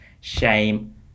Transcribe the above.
Shame